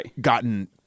gotten